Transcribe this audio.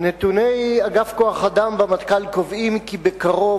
נתוני אגף כוח-אדם במטכ"ל קובעים כי בקרוב